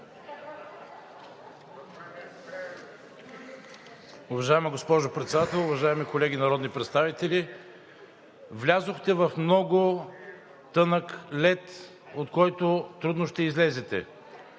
Уважаема госпожо Председател, уважаеми колеги народни представители! Влязохте в много тънък лед, от който трудно ще излезете.